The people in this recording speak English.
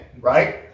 right